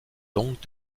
donc